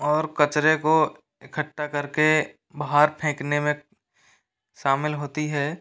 और कचरे को इकट्ठा करके बाहर फेंकने में शामिल होती है